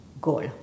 goal